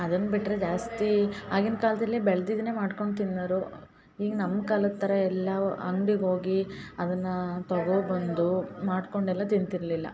ಅದನ್ನು ಬಿಟ್ಟರೆ ಜಾಸ್ತಿ ಆಗಿನ ಕಾಲದಲ್ಲಿ ಬೆಳ್ದಿದ್ದನ್ನೇ ಮಾಡ್ಕೊಂಡು ತಿನ್ನೋರು ಈ ನಮ್ಮ ಕಾಲದ ಥರ ಎಲ್ಲ ಅಂಗ್ಡಿಗೆ ಹೋಗಿ ಅದನ್ನು ತಗೋ ಬಂದು ಮಾಡಿಕೊಂಡೆಲ್ಲ ತಿಂತಿರಲಿಲ್ಲ